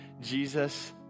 Jesus